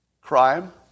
Crime